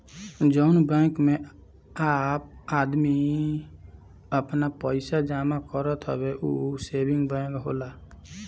जउन बैंक मे आम आदमी आपन पइसा जमा करत हवे ऊ सेविंग बैंक होला